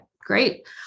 great